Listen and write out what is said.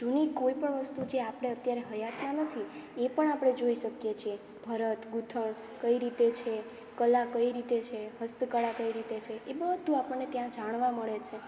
જૂની કોઈ પણ વસ્તુ જે આપણે અત્યારે હયાતમાં નથી એ પણ આપણે જોઈ શકીએ છીએ ભરત ગુંથણ કઈ રીતે છે કલા કઈ રીતે છે હસ્તકળા કઈ રીતે છે એ બધું આપણને ત્યાં જાણવા મળે છે